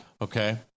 Okay